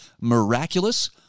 miraculous